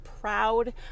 proud